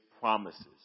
promises